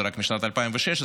זה רק משנת 2016,